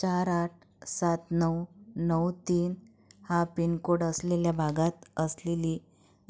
चार आठ सात नऊ नऊ तीन हा पिनकोड असलेल्या भागात असलेली